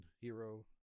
hero